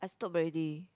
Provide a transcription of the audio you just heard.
I stop already